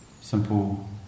Simple